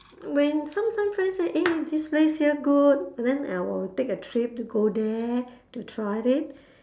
when some some friend say eh this place here good then I will take a trip to go there to try it